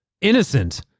innocent